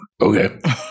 Okay